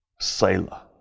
Sailor